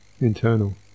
internal